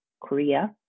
Korea